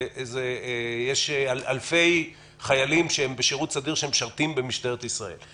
יש אלפי חיילים בשירות סדיר שמשרתים במשטרת ישראל.